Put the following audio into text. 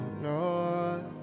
Lord